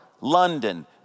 London